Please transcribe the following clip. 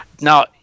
Now